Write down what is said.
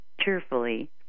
cheerfully